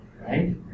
right